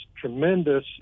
tremendous